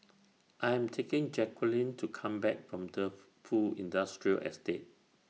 I Am taking Jacquelynn to Come Back from De Fu Industrial Estate